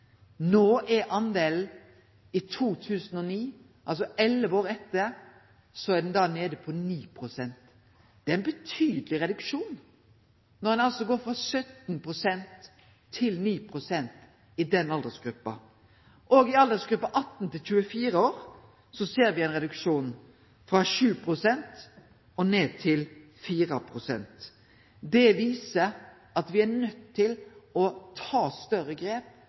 Det er ein betydeleg reduksjon når ein går frå 17 pst. til 9 pst. i den aldersgruppa. I aldersgruppa 18–24 år ser me ein reduksjon frå 7 pst. og ned til 4 pst. Det viser at me er nøydde til å ta større grep